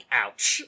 ouch